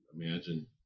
imagine